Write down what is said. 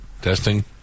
Testing